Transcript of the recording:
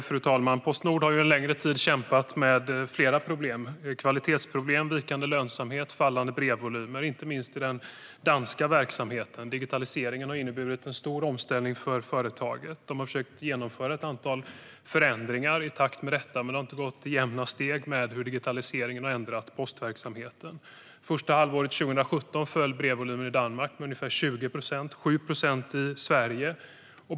Fru talman! Postnord har en längre tid kämpat med flera problem. Det är bristande kvalitet, vikande lönsamhet och fallande brevvolymer, inte minst i den danska delen av verksamheten. Digitaliseringen har inneburit en stor omställning för företaget. Man har försökt genomföra ett antal förändringar i takt med detta, men man har inte lyckats hålla jämna steg med hur digitaliseringen har förändrat postverksamheten. Under första halvåret 2017 minskade brevvolymen med ungefär 20 procent i Danmark och 7 procent i Sverige.